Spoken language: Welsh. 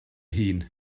hun